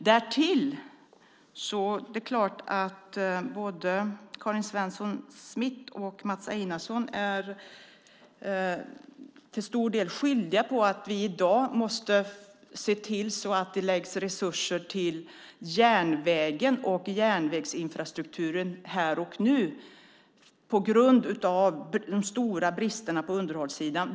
Därtill är det klart att både Karin Svensson Smith och Mats Einarsson till stor del är skyldiga till att vi i dag måste se till att det läggs resurser på järnvägen och järnvägsinfrastrukturen här och nu på grund av de stora bristerna på underhållssidan.